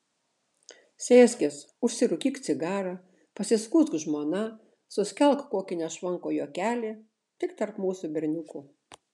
sėskis užsirūkyk cigarą pasiskųsk žmona suskelk kokį nešvankų juokelį tik tarp mūsų berniukų